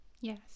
Yes